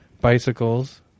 Bicycles